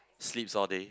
sleeps all day